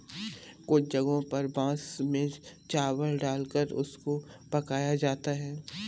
कुछ जगहों पर बांस में चावल डालकर उनको पकाया जाता है